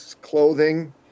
clothing